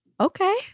Okay